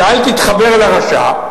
ואל תתחבר לרשע.